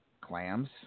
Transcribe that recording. Clams